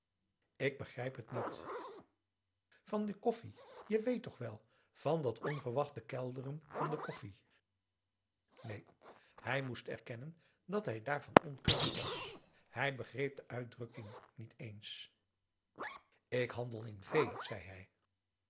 ik begrijp het niet van de koffie je weet toch wel van dat onverwachte kelderen van de koffie neen hij moest erkennen dat hij daarvan onkundig was hij begreep de uitdrukking niet eens ik handel in vee zei hij